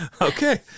okay